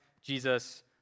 Jesus